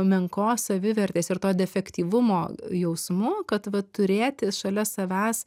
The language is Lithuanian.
menkos savivertės ir to defektyvumo jausmu kad vat turėti šalia savęs